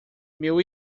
meu